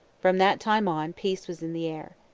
from that time on peace was in the air.